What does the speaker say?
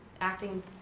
acting